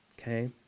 Okay